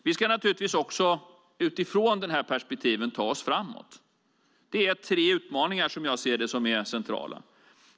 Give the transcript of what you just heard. Vi ska naturligtvis också utifrån dessa perspektiv ta oss framåt. Det är tre utmaningar, som jag ser det, som är centrala.